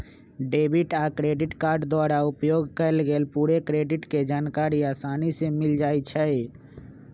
debit आ credit card द्वारा उपयोग कएल गेल पूरे क्रेडिट के जानकारी असानी से मिल जाइ छइ